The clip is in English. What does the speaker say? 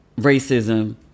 racism